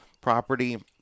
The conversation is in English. property